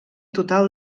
total